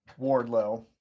Wardlow